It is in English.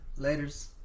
Laters